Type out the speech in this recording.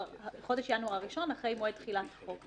חודש ינואר הראשון אחרי מועד תחילת החוק.